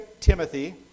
Timothy